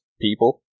people